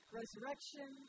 resurrection